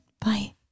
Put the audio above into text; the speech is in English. Bye